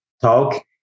talk